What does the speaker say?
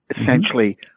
essentially